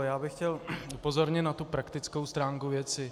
Já bych chtěl upozornit na praktickou stránku věci.